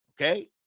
Okay